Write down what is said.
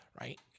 right